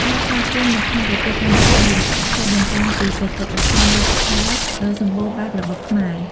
ការស្វាគមន៍នៅក្នុងប្រទេសកម្ពុជា ឆ្លុះបញ្ចាំងពីបេតិកភណ្ឌវប្បធម៌ដ៏សម្បូរបែបរបស់ខ្មែរ។